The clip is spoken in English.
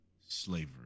slavery